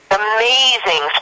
amazing